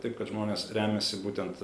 taip kad žmonės remiasi būtent